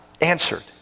answered